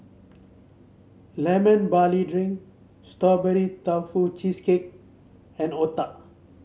Lemon Barley Drink Strawberry Tofu Cheesecake and otah